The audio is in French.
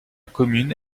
commune